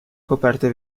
coperte